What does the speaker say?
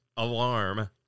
Alarm